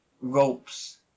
ropes